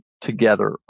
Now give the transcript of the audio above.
together